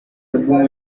album